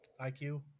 IQ